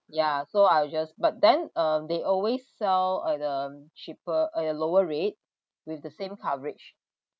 ya so I will just but then um they always sell at the cheaper at a lower rate with the same coverage